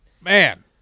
Man